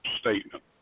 statement